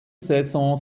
saison